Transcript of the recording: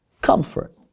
Comfort